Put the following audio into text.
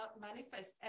manifest